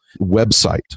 website